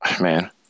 Man